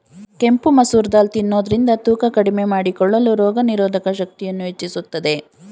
ಕೆಂಪು ಮಸೂರ್ ದಾಲ್ ತಿನ್ನೋದ್ರಿಂದ ತೂಕ ಕಡಿಮೆ ಮಾಡಿಕೊಳ್ಳಲು, ರೋಗನಿರೋಧಕ ಶಕ್ತಿಯನ್ನು ಹೆಚ್ಚಿಸುತ್ತದೆ